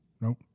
Nope